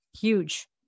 Huge